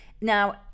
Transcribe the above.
Now